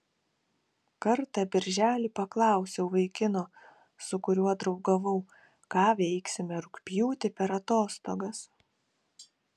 kartą birželį paklausiau vaikino su kuriuo draugavau ką veiksime rugpjūtį per atostogas